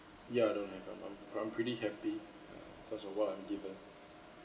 ya don't have I'm I'm I'm pretty happy uh because of what I'm given